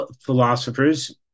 philosophers